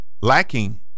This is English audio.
lacking